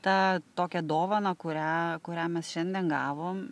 ta tokia dovana kurią kurią mes šiandien gavom